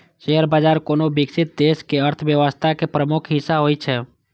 share बाजार कोनो विकसित देशक अर्थव्यवस्था के प्रमुख हिस्सा होइ छै